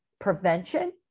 prevention